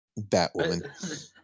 Batwoman